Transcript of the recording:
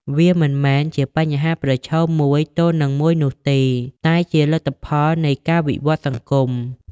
វាមិនមែនជាបញ្ហាប្រឈមមួយទល់នឹងមួយនោះទេ តែជាលទ្ធផលនៃការវិវត្តន៍សង្គម។